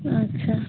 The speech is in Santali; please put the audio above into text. ᱟᱪᱪᱷᱟ